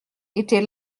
était